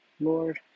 Lord